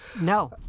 No